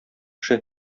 эше